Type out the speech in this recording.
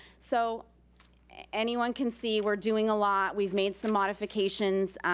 so anyone can see we're doing a lot. we've made some modifications.